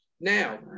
Now